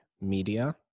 media